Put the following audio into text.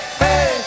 hey